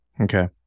Okay